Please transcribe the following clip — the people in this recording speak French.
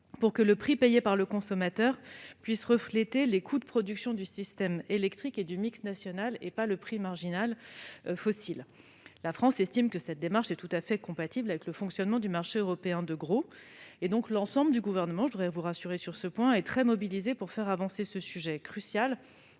pour que le prix payé par le consommateur reflète les coûts de production du système électrique et du mix national, et non le prix marginal fossile. La France estime que cette démarche est tout à fait compatible avec le fonctionnement du marché européen de gros. L'ensemble du Gouvernement - je vous rassure sur ce point - est très mobilisé pour faire avancer ce sujet crucial